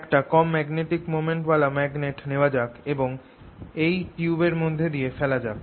একটা কম magnetic moment ওয়ালা ম্যাগনেট নেওয়া যাক এবং এই টিউবের মধ্যে দিয়ে ফেলা যাক